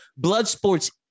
Bloodsport's